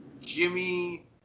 Jimmy